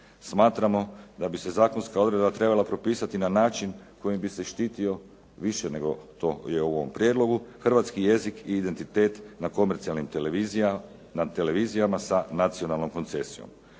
Smatramo da bi se zakonska odredba trebala propisati na način kojim bi se štitio više nego to je u ovom prijedlogu hrvatski jezik i identitet na komercijalnim televizijama sa nacionalnom koncesijom.